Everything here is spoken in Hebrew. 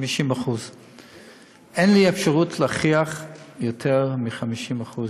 50%. אין לי אפשרות להכריח לתת יותר מ-50%.